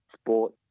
sport